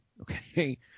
Okay